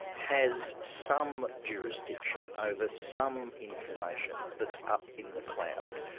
has some jurisdiction over some information that's up in the cloud,